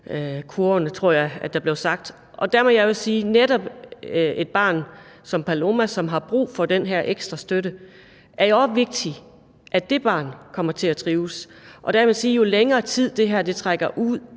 trivselskurven, tror jeg der blev sagt. Og der må jeg sige, at det netop i forhold til et barn som Paloma, som har brug for den her ekstra støtte, er vigtigt, at det barn kommer til at trives. Og der kan man sige, at jo længere tid, det her trækker ud,